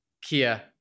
Kia